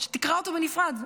שתקרא אותו בנפרד,